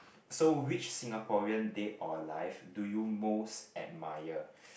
so which Singaporean dead or alive do you most admire